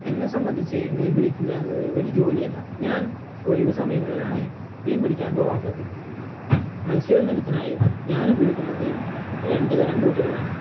എന്ന സംബന്ധിച്ച് മീൻ പിടിക്കുക എന്നത് ഒരു ജോലിയല്ല ഞാൻ ഒഴിവ് സമയങ്ങളിലാണ് മീൻ പിടിക്കാൻ പോകാറുള്ളത് മത്സ്യബന്ധനത്തിനായി ഞാൻ ഉപയോഗിക്കുന്നത് രണ്ട് തരം ബോട്ടുകളാണ്